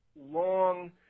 long